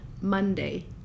monday